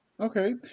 Okay